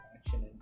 action